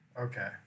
Okay